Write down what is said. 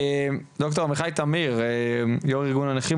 ד"ר עמיחי תמיר, יו"ר ארגון הנכים,